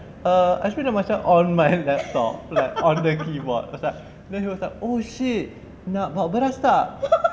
err I spilt the matcha on my laptop like on the keyboard I was like then he was like oh shit nak bawa beras tak